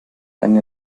eine